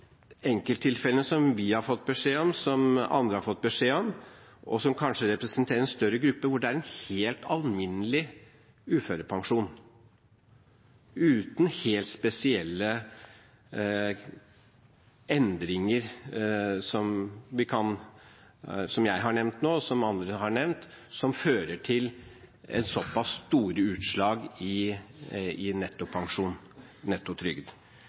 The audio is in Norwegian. andre har fått beskjed om, og som kanskje representerer en større gruppe, hvor en helt alminnelig uførepensjon uten helt spesielle endringer – som jeg nå har nevnt, og som andre har nevnt – fører til såpass store utslag i nettopensjon og nettotrygd.